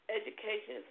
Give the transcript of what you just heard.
education